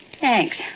Thanks